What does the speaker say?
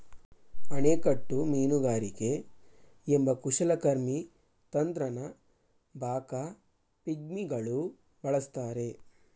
ಅಣೆಕಟ್ಟು ಮೀನುಗಾರಿಕೆ ಎಂಬ ಕುಶಲಕರ್ಮಿ ತಂತ್ರನ ಬಾಕಾ ಪಿಗ್ಮಿಗಳು ಬಳಸ್ತಾರೆ